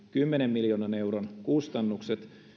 kymmenen miljoonan euron kustannukset